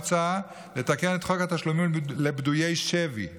מוצע לתקן את חוק התשלומים לפדויי שבי מ-2005,